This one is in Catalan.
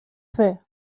fer